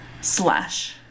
slash